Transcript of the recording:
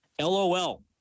lol